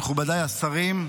מכובדיי השרים,